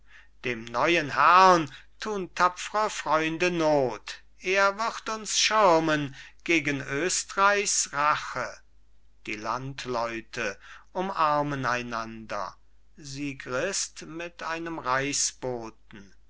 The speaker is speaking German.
dem neuen herrn tun tapfre freunde not er wird uns schirmen gegen oestreichs rache die landleute umarmen einander sigrist mit einem